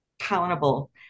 accountable